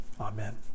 Amen